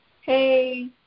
hey